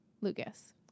Lucas